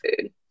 food